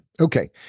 Okay